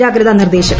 ജാഗ്രത നിർദ്ദേശം